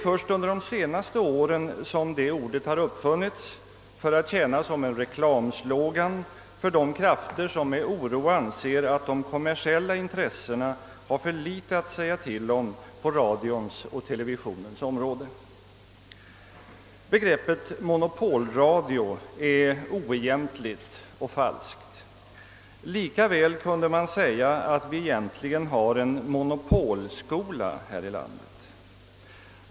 Först under de senaste åren har detta ord uppfunnits för att tjäna som reklamslogan för de krafter som hyser oro för att de kommersiella intressena har för litet att säga till om på radions och televisionens område. Begreppet monopolradio är oegentligt och falskt. Lika väl kunde man säga att vi egentligen har en monopolskola här i landet.